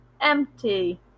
Empty